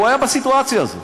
הוא היה בסיטואציה הזאת